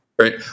right